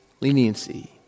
leniency